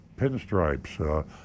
pinstripes